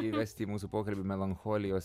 įvesti į mūsų pokalbį melancholijos